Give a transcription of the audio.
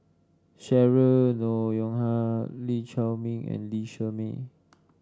Cheryl Noronha Lee Chiaw Meng and Lee Shermay